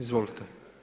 Izvolite.